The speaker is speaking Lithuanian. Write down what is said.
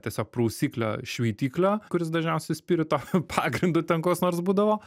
tiesiog prausiklio šveitiklio kuris dažniausiai spirito pagrindu ten kas nors būdavo